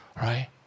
right